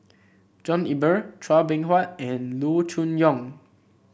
John Eber Chua Beng Huat and Loo Choon Yong